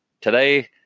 today